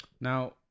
Now